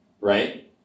Right